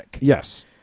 Yes